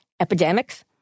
epidemics